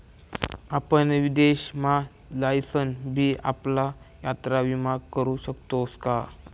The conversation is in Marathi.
आपण विदेश मा जाईसन भी आपला यात्रा विमा करू शकतोस का?